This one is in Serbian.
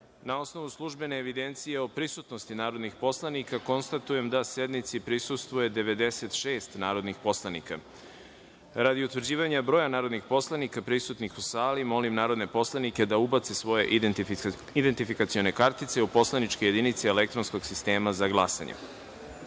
osnovu službene evidencije o prisutnosti narodnih poslanika, konstatujem da sednici prisustvuje 96 narodnih poslanika. Radi utvrđivanja broja narodnih poslanika prisutnih u sali, molim narodne poslanike da ubace svoje identifikacione kartice u poslaničke jedinice elektronskog sistema za